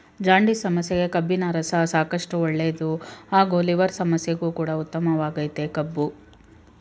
jaundice ಸಮಸ್ಯೆಗೆ ಕಬ್ಬಿನರಸ ಸಾಕಷ್ಟು ಒಳ್ಳೇದು ಹಾಗೂ ಲಿವರ್ ಸಮಸ್ಯೆಗು ಕೂಡ ಉತ್ತಮವಾಗಯ್ತೆ ಕಬ್ಬು